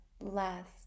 last